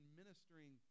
ministering